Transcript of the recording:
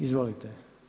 Izvolite.